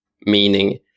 meaning